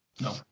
no